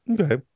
Okay